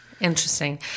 Interesting